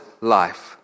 life